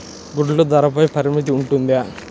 గుడ్లు ధరల పై పరిమితి ఉంటుందా?